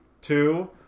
two